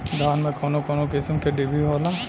धान में कउन कउन किस्म के डिभी होला?